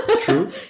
True